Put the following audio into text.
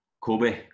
Kobe